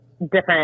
Different